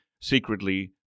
secretly